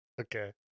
Okay